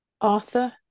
Arthur